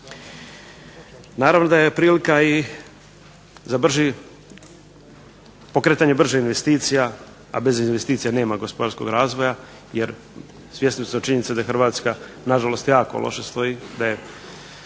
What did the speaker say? Naravno da je prilika i za pokretanje bržih investicija, a bez investicija nema gospodarskog razvoja jer svjesni smo činjenica da Hrvatska nažalost jako loše stoji, da sve